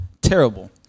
Terrible